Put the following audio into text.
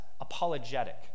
apologetic